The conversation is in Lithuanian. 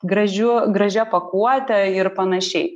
gražiu gražia pakuote ir panašiai